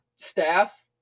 staff